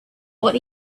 what